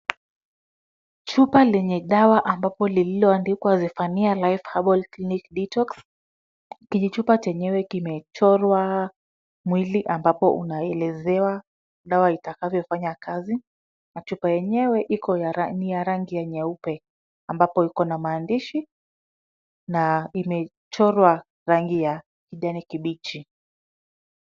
Chupa lenye dawa ambapo lililoandikwa Zephaniah Herbal Clinic Detox. Kijichupa chenyewe kimechorwa mwili ambapo unaelezewa dawa itakavyofanya kazi na chupa yenyewe ni ya rangi ya nyeupe ambapo iko na maandishi na imechorwa rangi ya kijani kibichi.